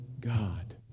God